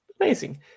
amazing